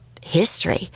history